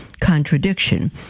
contradiction